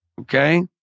okay